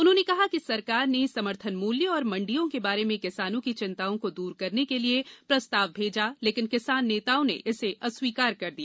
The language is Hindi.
उन्हों ने कहा कि सरकार ने समर्थन मूल्य और मंडियों के बारे में किसानों की चिंताओं को दूर करने के लिए प्रस्ताव भेजा लेकिन किसान नेताओं ने इसे अस्वीकार कर दिया